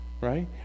Right